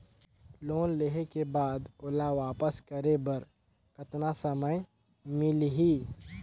Loan लेहे के बाद ओला वापस करे बर कतना समय मिलही?